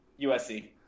USC